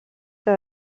que